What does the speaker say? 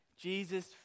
Jesus